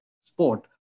sport